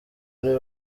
ariwe